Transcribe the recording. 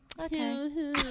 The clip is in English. Okay